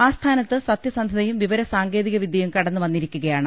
ആ സ്ഥാനത്ത് സത്യസന്ധതയും വിവരസാങ്കേതിക വിദ്യ്യും കടന്നു വന്നി രിക്കുകയാണ്